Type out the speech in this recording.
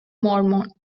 mormon